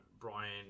Brian